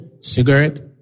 cigarette